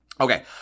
Okay